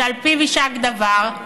שעל פיו יישק דבר,